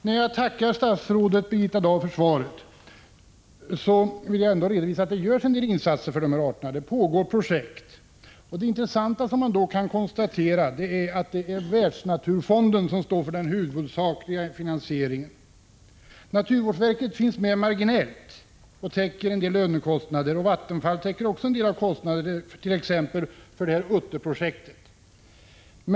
När jag tackar statsrådet Birgitta Dahl för svaret, vill jag gärna redovisa att det ändå görs en del insatser för de här arterna. Det pågår olika projekt. Det intressanta man kan konstatera är emellertid att det är Världsnaturfonden som står för den huvudsakliga finansieringen. Naturvårdsverket finns med marginellt och täcker en del lönekostnader, och Vattenfall täcker också en del kostnader, t.ex. för utterprojektet.